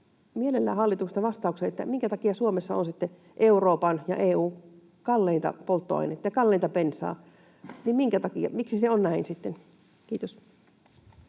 mielelläni hallitukselta vastauksen, että minkä takia Suomessa on sitten Euroopan ja EU:n kalleinta polttoainetta ja kalleinta bensaa? Minkä takia, miksi se on näin? — Kiitos.